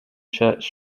church